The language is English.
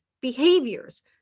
behaviors